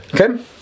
okay